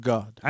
God